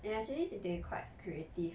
and actually they quite creative